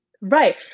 Right